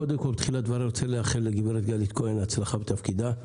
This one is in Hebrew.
קודם כל בתחילת דבריי אני רוצה לאחל לגברת גלית כהן הצלחה בתפקידה.